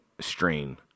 strain